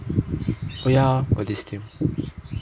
oh ya [ho] got this thing